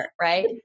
right